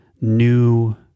new